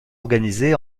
organisés